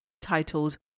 titled